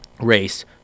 race